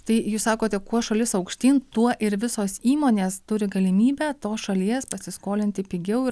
tai jūs sakote kuo šalis aukštyn tuo ir visos įmonės turi galimybę tos šalies pasiskolinti pigiau ir